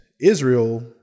Israel